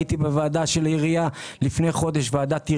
הייתי בוועדה של העירייה של המועצה,